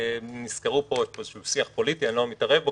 היה פה שיח פוליטי, אני לא מתערב בו.